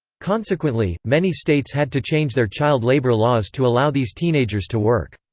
consequently, many states had to change their child-labor laws to allow these teenagers to work.